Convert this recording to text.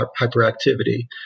hyperactivity